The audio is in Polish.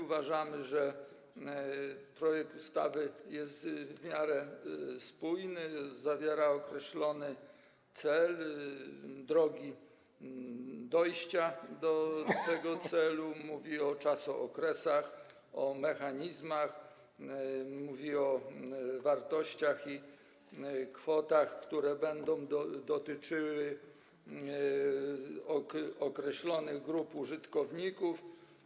Uważamy, że projekt ustawy jest w miarę spójny, określa cel, drogi dojścia do tego celu, mówi o okresach, o mechanizmach, mówi o wartościach i kwotach, które będą dotyczyły określonych grup użytkowników.